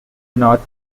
north